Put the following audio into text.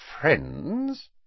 friends